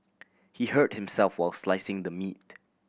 he hurt himself while slicing the meat